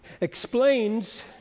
Explains